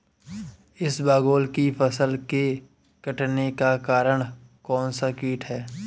इसबगोल की फसल के कटने का कारण कौनसा कीट है?